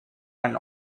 and